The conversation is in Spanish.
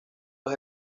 los